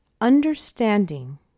Understanding